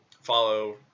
Follow